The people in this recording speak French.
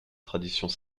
traditions